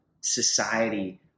society